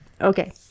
Okay